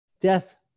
death